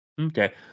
Okay